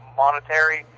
monetary